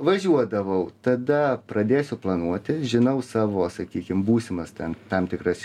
važiuodavau tada pradėsiu planuoti žinau savo sakykim būsimas ten tam tikras